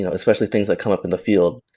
ah especially things that come up in the field,